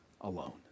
alone